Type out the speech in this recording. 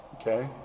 okay